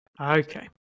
Okay